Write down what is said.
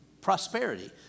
prosperity